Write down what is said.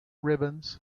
ribbons